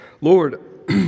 Lord